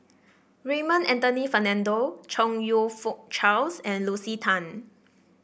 Raymond Anthony Fernando Chong You Fook Charles and Lucy Tan